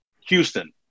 Houston